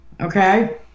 Okay